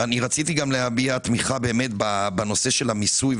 רציתי גם להביע תמיכה בנושא של המיסוי,